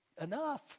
enough